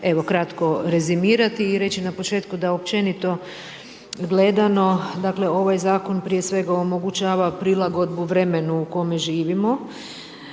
evo kratko rezimirati i reći na početku da općenito gledano dakle ovaj zakon prije svega omogućava prilagodbu vremenu u kome živimo.